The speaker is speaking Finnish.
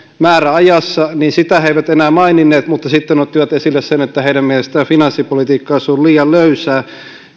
määräajassa niin sitä he eivät enää maininneet mutta sitten ottivat esille sen että heidän mielestään finanssipolitiikka olisi ollut liian löysää